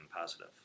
positive